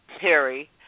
Perry